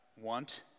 want